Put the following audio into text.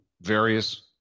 various